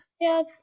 Yes